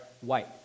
white